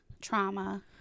trauma